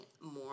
more